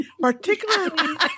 particularly